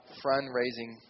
fundraising